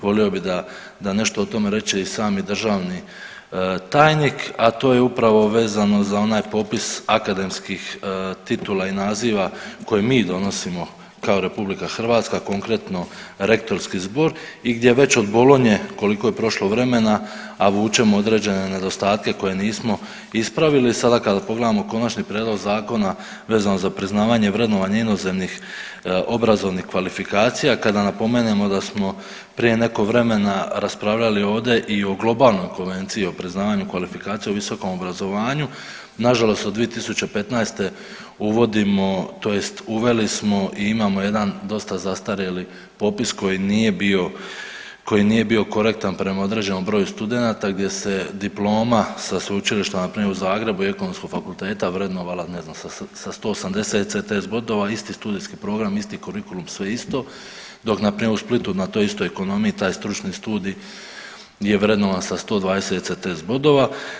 Volio bih da nešto o tome reče i sami državni tajnik, a to je upravo vezano za onaj popis akademskih titula i naziva koji mi donosimo kao RH, konkretno Rektorski zbor i gdje već od Bologne, koliko je prošlo vremena, a vučemo određene nedostatke koje nismo ispravili, sada kada pogledamo konačni prijedlog Zakona vezano za priznavanje i vrednovanje inozemnih obrazovnih kvalifikacija, kada napomenemo da smo prije nekog vremena raspravljali ode i o globalnoj konvenciji o priznavanju kvalifikacija u visokom obrazovanju, nažalost od 2015. uvodimo, tj. uveli smo i imamo jedan dosta zastarjeli popis koji nije bio, koji nije bio korektan prema određenom broju studenata gdje se diploma sa sveučilišta npr. u Zagrebu i ekonomskog fakulteta vrednovala, sa ne znam, 180 ECTS bodova, isti studijski program, isti kurikulum, sve isto, dok npr. u Splitu na toj istoj ekonomiji taj stručni studij je vrednovan sa 120 ECTS bodova.